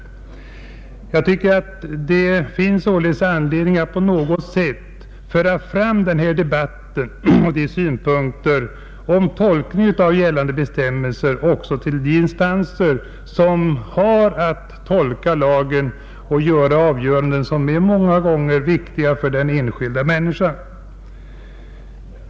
Jag tycker att det således finns anledning att på något sätt föra fram denna debatt och synpunkterna på tolkningen av gällande bestämmelser också till de instanser som har att tolka lagen och fälla avgöranden, som många gånger är viktiga för den enskilda människan.